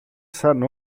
σαν